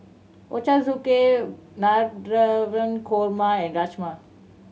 Ochazuke Navratan Korma and Rajma